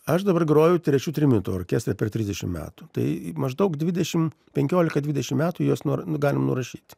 aš dabar groju trečiu trimitu orkestre per trisdešimt metų tai maždaug dvidešimt penkiolika dvidešimt metų juos nori galima nurašyt